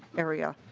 area.